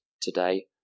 today